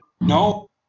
no